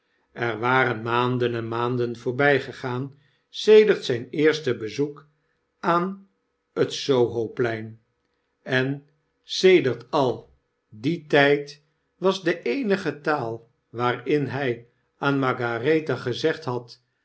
er waren maanden en maanden voorbggegaan sedert zijn eerste bezoek aan het sohoplein en sedert al dien tgd was de eenige taal waarin hij aan margaretha gezegd had